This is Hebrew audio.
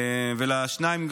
ובהם לשניים,